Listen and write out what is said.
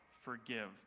forgive